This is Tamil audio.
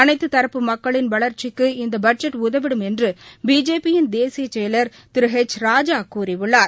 அனைத்துத் தரப்பு மக்களின் வளர்சிக்கு இந்தபட்ஜெட் உதவிடும் என்றுபிஜேபி யின் தேசியசெயலர் திருஎச் ராஜாகூறியுள்ளார்